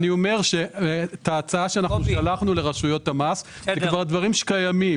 את ההצעה שלחנו לרשויות המס, אלה דברים שקיימים.